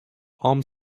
armed